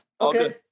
Okay